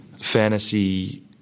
Fantasy